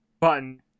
button